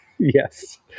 Yes